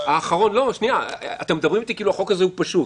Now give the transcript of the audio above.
אתם מדברים אתי כאילו החוק הזה הוא פשוט,